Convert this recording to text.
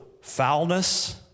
foulness